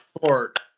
Court